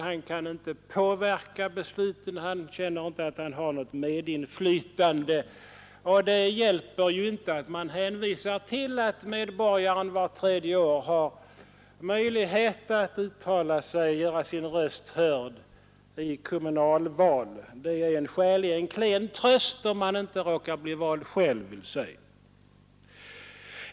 Han kan inte påverka besluten och han ser inte att han har något medinflytande. Det hjälper inte heller att man hänvisar till att medborgaren vart tredje år har möjlighet att göra sin röst hörd i kommunalval. Det är en skäligen klen tröst — dvs. om man inte själv råkar bli vald.